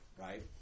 right